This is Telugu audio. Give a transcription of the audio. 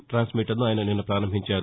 టాన్స్మీటర్ ను ఆయన నిన్న పారంభించారు